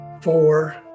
four